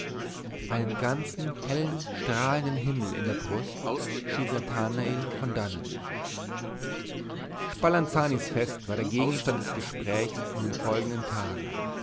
einen ganzen hellen strahlenden himmel in der brust schied nathanael von dannen spalanzanis fest war der gegenstand des gesprächs in den folgenden tagen